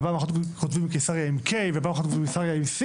ופעם אחת כותבים קיסריה עם K ופעם אחת כותבים קיסריה עם C